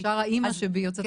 יש האמא שבי יוצאת החוצה.